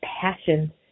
passion